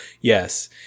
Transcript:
Yes